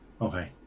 Okay